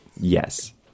Yes